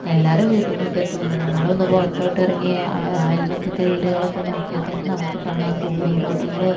എല്ലാവരുടെ വീട്ട് മുറ്റത്തും ഉണ്ട് നമ്മളൊന്ന് പുറത്തോട്ട് ഇറങ്ങിയാൽ അയൽവക്കത്തെ വീടുകളൊക്കെ നോക്കിയാൽ തന്നെ നമുക്ക് കാണാം പൂന്തോട്ടങ്ങൾ